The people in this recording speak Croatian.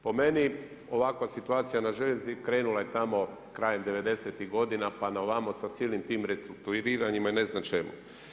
Po meni, ovakva situacija na željeznici, krenula je tamo krajem '90.-tih godina pa na ovamo sa silnim tim restrukturiranjima i ne znam čemu.